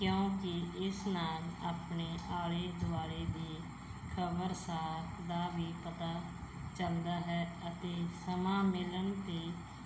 ਕਿਉਂਕਿ ਇਸ ਨਾਲ ਆਪਣੇ ਆਲੇ ਦੁਆਲੇ ਦੀ ਖਬਰਸਾਰ ਦਾ ਵੀ ਪਤਾ ਚੱਲਦਾ ਹੈ ਅਤੇ ਸਮਾਂ ਮਿਲਣ 'ਤੇ